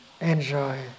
enjoy